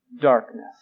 darkness